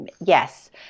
Yes